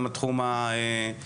גם התחום הנפשי,